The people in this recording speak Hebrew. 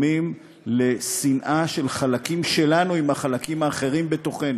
וגורמים לשנאה של חלקים שלנו עם החלקים האחרים בתוכנו,